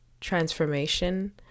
Transformation